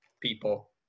People